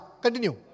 continue